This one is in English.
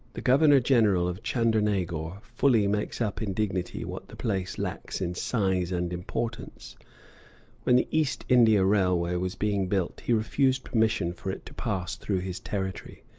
the governor-general of chandernagor fully makes up in dignity what the place lacks in size and importance when the east india railway was being built he refused permission for it to pass through his territory.